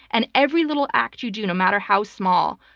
and every little act you do, no matter how small,